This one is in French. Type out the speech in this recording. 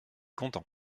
content